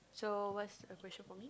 so what's the question for me